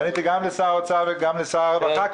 השנה פניתי גם לשר האוצר וגם לשר הרווחה,